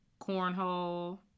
Cornhole